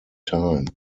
time